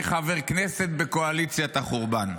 מי חבר כנסת בקואליציית החורבן.